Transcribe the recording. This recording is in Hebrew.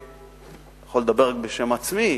אני יכול לדבר רק בשם עצמי,